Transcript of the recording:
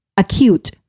Acute